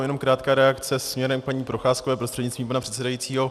Jenom krátká reakce směrem k paní Procházkové prostřednictvím pana předsedajícího.